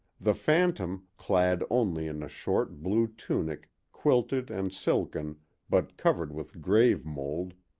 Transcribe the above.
the phantom, clad only in a short blue tunic quilted and silken but covered with grave-mold,